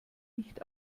nicht